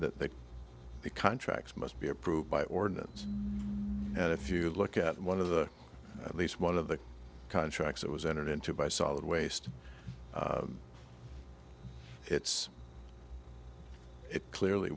that the contracts must be approved by ordinance and if you look at one of the at least one of the contracts that was entered into by solid waste it's it clearly